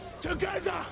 together